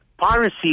piracy